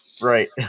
Right